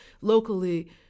locally